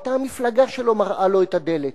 היתה המפלגה שלו מראה לו את הדלת.